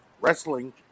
wrestling